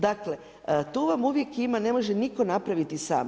Dakle, tu vam uvijek ima, ne može nitko napraviti sam.